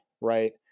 right